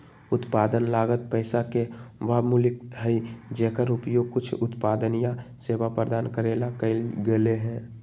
उत्पादन लागत पैसा के वह मूल्य हई जेकर उपयोग कुछ उत्पादन या सेवा प्रदान करे ला कइल गयले है